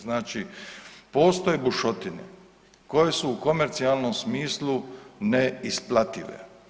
Znači postoje bušotine koje su u komercijalnom smislu neisplative.